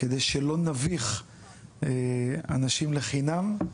כדי שלא נביך אנשים לחינם.